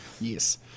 Yes